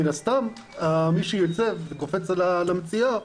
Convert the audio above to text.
מן הסתם מי שיוצא קופץ על המציאה,